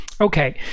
Okay